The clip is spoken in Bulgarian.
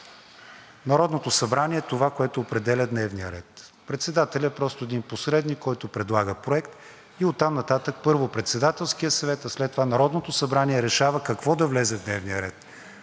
Народното събрание е това, което определя дневния ред, а председателят е един посредник, който предлага проект, и оттам нататък, първо, Председателският съвет, а след това Народното събрание решава какво да влезе в дневния ред.